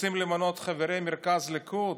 רוצים למנות חברי מרכז ליכוד.